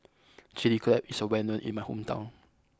Chili Crab is well known in my hometown